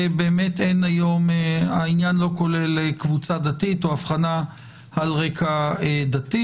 באמת העניין לא כולל קבוצה דתית או הבחנה על רקע דתי.